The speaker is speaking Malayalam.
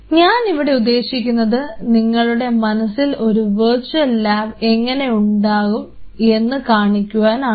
ഞാൻ ഇവിടെ ഉദ്ദേശിക്കുന്നത് നിങ്ങളുടെ മനസ്സിൽ ഒരു വെർച്വൽ ലാബ് എങ്ങനെ ഉണ്ടാകും എന്ന് കാണിക്കുവാൻ ആണ്